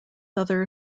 other